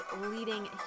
leading